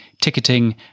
ticketing